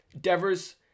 Devers